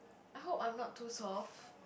I hope I'm not too soft